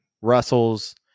Russell's